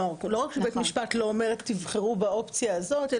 לא בית משפט אומר תבחרו באופציה הזאת,